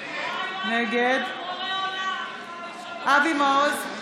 נגד אבי מעוז,